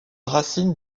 racine